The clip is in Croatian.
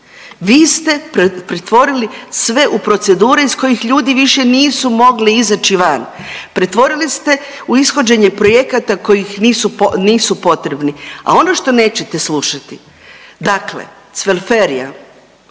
Vi ste pretvorili sve u procedure iz kojih ljudi više nisu mogli izaći van. Pretvorili ste u ishođenje projekata koji nisu potrebni. A ono što nećete slušati, dakle Cvelferija